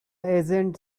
agent